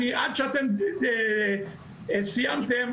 וזו שאלה שהתשובה שלה נגזרת ממה מדינת ישראל רוצה.